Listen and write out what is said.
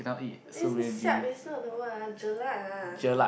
siap is not the word ah Jelat ah